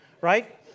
right